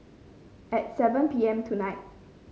at seven P M tonight